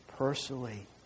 Personally